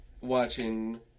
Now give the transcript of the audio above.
watching